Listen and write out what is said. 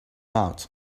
out